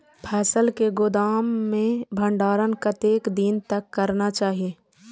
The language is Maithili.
फसल के गोदाम में भंडारण कतेक दिन तक करना चाही?